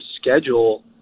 schedule